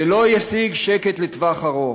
זה לא ישיג שקט לטווח ארוך.